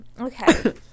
okay